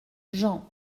jean